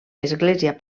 església